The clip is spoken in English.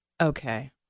Okay